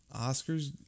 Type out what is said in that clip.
Oscar's